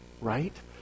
right